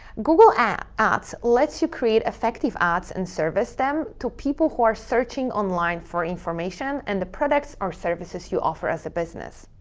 google ads lets you create effective ads and service them to people who are searching online for information and the products or services you offer as a business.